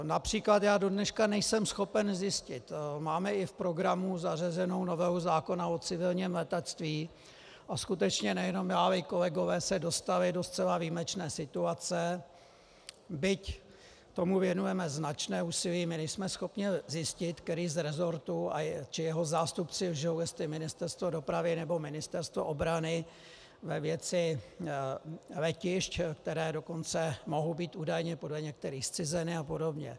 Například do dneška nejsem schopen zjistit, máme i v programu zařazenu novelu zákona o civilním letectví, a skutečně nejenom já, ale i kolegové se dostali do zcela výjimečné situace, byť tomu věnujeme značné úsilí, nejsme schopni zjistit, který z resortů či jeho zástupci lžou, jestli Ministerstvo dopravy, nebo Ministerstvo obrany ve věci letišť, která dokonce mohou být údajně podle některých zcizena apod.